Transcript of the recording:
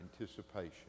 anticipation